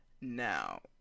Now